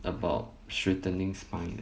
about straightening spine uh